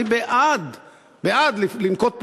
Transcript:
אני בעד לנקוט פעולה,